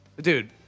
Dude